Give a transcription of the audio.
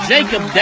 Jacob